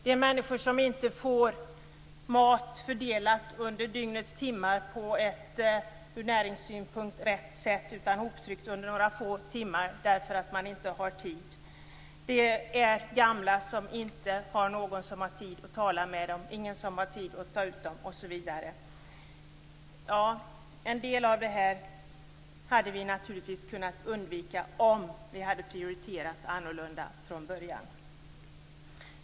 Det är människor som inte får maten fördelad under dygnets timmar på ett ur näringssynpunkt rätt sätt. De får den i stället under några få timmar, därför att man inte har tid. Det är gamla som inte har någon som har tid att tala med dem, som inte har någon som har tid att ta ut dem. En del av det här hade vi naturligtvis kunnat undvika om vi hade prioriterat annorlunda från början.